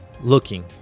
looking